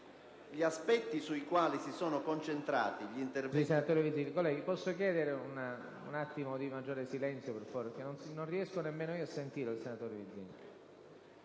Gli aspetti sui quali si sono concentrati gli interventi